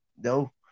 no